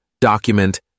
document